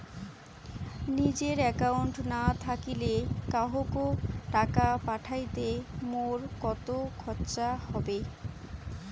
নিজের একাউন্ট না থাকিলে কাহকো টাকা পাঠাইতে মোর কতো খরচা হবে?